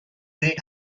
great